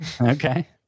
Okay